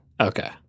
Okay